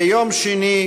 ביום שני,